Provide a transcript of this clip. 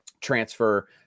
transfer